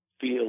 feel